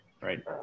right